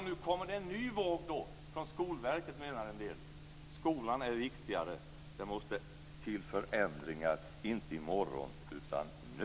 Nu kommer det en ny våg, från Skolverket, menar en del. Skolan är viktigare. Det måste till förändringar, inte i morgon utan nu.